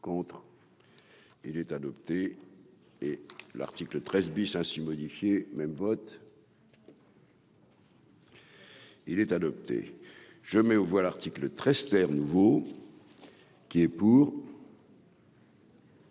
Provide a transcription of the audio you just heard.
Contre et il est adopté, et l'article 13 bis, hein. Modifié même vote. Il est adopté, je mets aux voix, l'article 13 nouveau qui est pour.